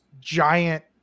giant